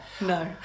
No